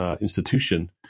institution